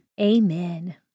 Amen